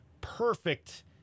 perfect